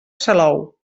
salou